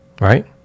Right